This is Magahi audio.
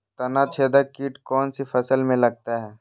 तनाछेदक किट कौन सी फसल में लगता है?